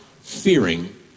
fearing